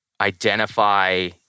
identify